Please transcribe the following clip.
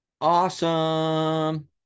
Awesome